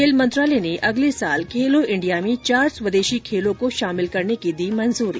खेल मंत्रालय ने अगले साल खेलो इंडिया में चार स्वदेशी खेलों को शामिल करने की दी मंजूरी